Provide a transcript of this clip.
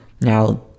Now